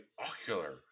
ocular